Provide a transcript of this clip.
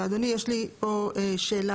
ואדוני, יש לי פה שאלה.